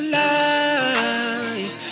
life